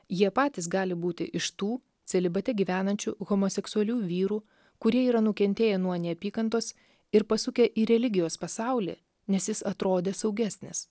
jie patys gali būti iš tų celibate gyvenančių homoseksualių vyrų kurie yra nukentėję nuo neapykantos ir pasukę į religijos pasaulį nes jis atrodė saugesnis